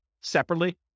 separately